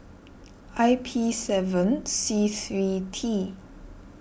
I P seven C three T